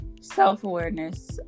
self-awareness